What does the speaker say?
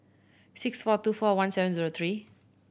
six four two four one seven zero three